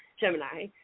Gemini